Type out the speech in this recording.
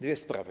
Dwie sprawy.